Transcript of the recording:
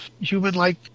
human-like